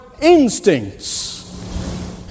instincts